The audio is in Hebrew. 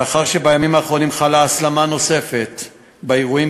לאחר שבימים האחרונים חלה הסלמה נוספת באירועים,